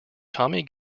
tommy